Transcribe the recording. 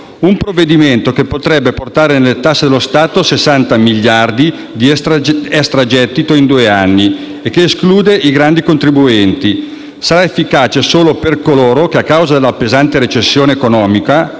Un provvedimento che potrebbe portare nelle casse dello Stato 60 miliardi di extragettito in due anni e che esclude i grandi contribuenti: sarà efficace solo per coloro che a causa della pesante recessione economica